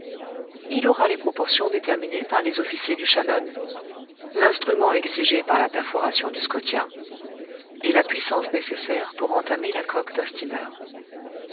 il aura les proportions déterminées par les officiers du shannon l'instrument exigé par la perforation du scotia et la puissance nécessaire pour entamer la coque d'un steamer